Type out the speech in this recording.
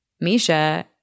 Misha